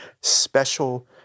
special